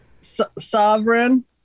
Sovereign